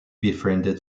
befriended